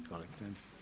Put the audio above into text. Izvolite.